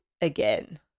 again